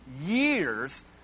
years